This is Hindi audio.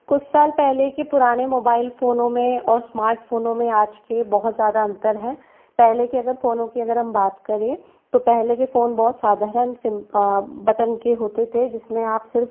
कुछ साल पहले के पुराने मोबाइल फ़ोनों में और स्मार्टफोनों में आज के बहुत ज़्यादा अंतर है पहले के अगर फोनों की अगर हम बात करें तो पहले के फोन बहुत साधारण सिंपल बटन के होते थे जिसमें आप सिर्फ़